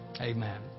Amen